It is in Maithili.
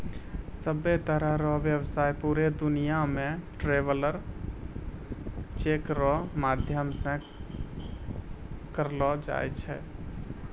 सभ्भे तरह रो व्यवसाय पूरे दुनियां मे ट्रैवलर चेक रो माध्यम से करलो जाय छै